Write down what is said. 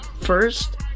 first